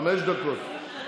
חמש דקות.